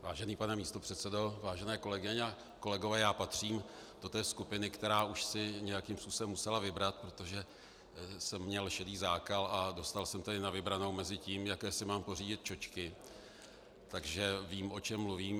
Vážený pane místopředsedo, vážené kolegyně a kolegové, já patřím do té skupiny, která už si nějakým způsobem musela vybrat, protože jsem měl šedý zákal a dostal jsem tedy na vybranou mezi tím, jaké si mám pořídit čočky, takže vím, o čem mluvím.